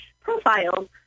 profiles